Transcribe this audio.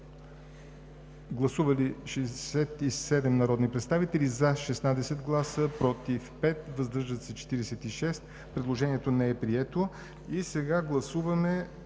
Гласували 67 народни представители: за 16, против 5, въздържали се 46. Предложението не е прието. Подлагам на гласуване